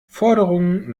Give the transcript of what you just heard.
forderungen